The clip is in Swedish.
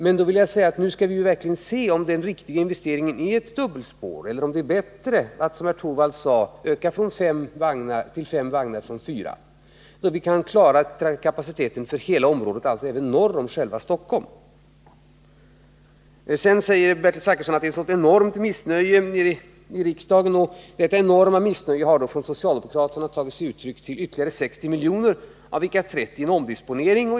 Men nu skall vi se om den riktiga investeringen verkligen är ett dubbelspår eller om det är bättre, som herr Torwald sade, att öka från fyra vagnar till fem, så att vi kan klara kapaciteten för hela området, även norr om själva Stockholm. Sedan säger Bertil Zachrisson att det är ett sådant enormt missnöje i riksdagen och att detta från socialdemokraterna tagit sig uttryck i att man begär ytterligare 60 miljoner av vilka 30 är omdisponeringar.